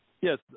Yes